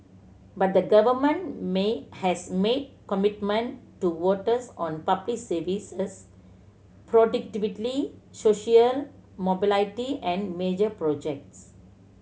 but the government made has made commitment to voters on public services productivity social mobility and major projects